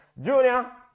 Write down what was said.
Junior